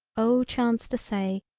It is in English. oh chance to say,